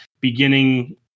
beginning